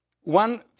One